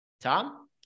Tom